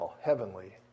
heavenly